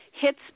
hits